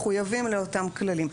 מחויבים לאותם כללים.